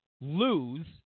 lose